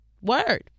Word